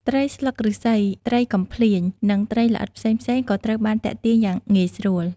ត្រីស្លឹកឫស្សី ត្រីកំភ្លាញ និងត្រីល្អិតផ្សេងៗ ក៏ត្រូវបានទាក់ទាញយ៉ាងងាយស្រួល។